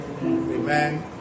Amen